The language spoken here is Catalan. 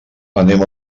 anem